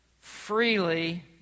freely